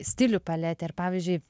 stilių paletė ir pavyzdžiui